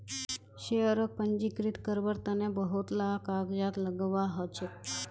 शेयरक पंजीकृत कारवार तन बहुत ला कागजात लगव्वा ह छेक